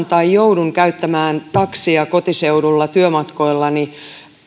tai joudun käyttämään taksia kotiseudulla työmatkoillani